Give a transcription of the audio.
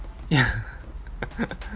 yeah